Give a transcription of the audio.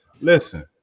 listen